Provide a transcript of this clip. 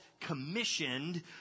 commissioned